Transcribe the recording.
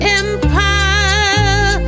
empire